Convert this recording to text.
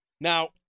Now